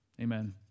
Amen